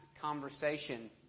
conversation